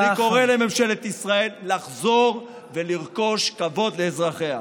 אני קורא לממשלת ישראל לחזור ולרחוש כבוד לאזרחיה.